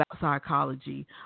psychology